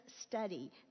study